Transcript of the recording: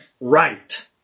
right